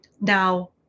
now